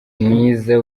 mwiza